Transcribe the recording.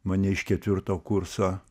mane iš ketvirto kurso